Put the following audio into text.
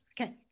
Okay